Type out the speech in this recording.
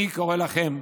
אני קורא לכם,